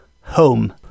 home